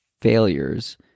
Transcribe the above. failures